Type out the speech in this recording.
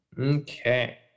Okay